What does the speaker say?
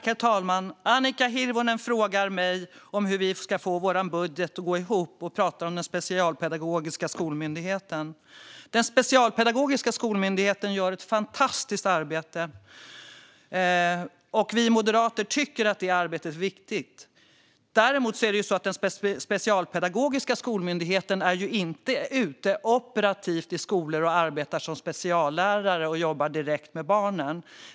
Herr talman! Annika Hirvonen frågar mig om hur vi ska få vår budget att gå ihop och pratar om Specialpedagogiska skolmyndigheten. Specialpedagogiska skolmyndigheten gör ett fantastiskt arbete, och vi moderater tycker att det är viktigt. Däremot är man inte från Specialpedagogiska skolmyndigheten ute operativt i skolor och arbetar som speciallärare och jobbar direkt med barnen.